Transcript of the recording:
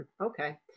okay